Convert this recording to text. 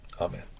Amen